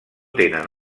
tenen